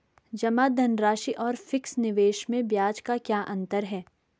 जमा धनराशि और फिक्स निवेश में ब्याज का क्या अंतर है?